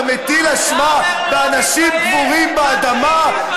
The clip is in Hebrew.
אתה מטיל אשמה באנשים קבורים באדמה,